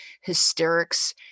hysterics